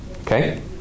Okay